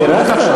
בירכת.